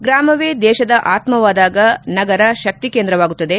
ಗ್ರಾಮವೇ ದೇಶದ ಆತ್ಮವಾದಾಗ ನಗರ ಶಕ್ತಿ ಕೇಂದ್ರವಾಗುತ್ತದೆ